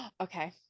Okay